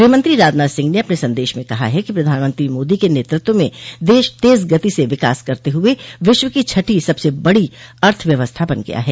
गृहमंत्री राजनाथ सिंह ने अपने संदेश में कहा है कि प्रधानमंत्री मोदी के नेतत्व में देश तेज गति से विकास करते हुए विश्व की छठी सबसे बड़ी अर्थव्यवस्था बन गया है